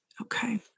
Okay